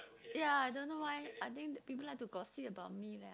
ya I don't know why I think people like to gossip about me leh